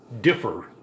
differ